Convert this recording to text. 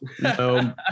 no